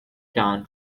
town